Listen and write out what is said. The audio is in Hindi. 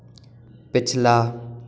पिछला